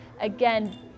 again